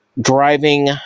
driving